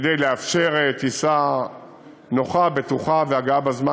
כדי לאפשר טיסה נוחה ובטוחה והגעה בזמן,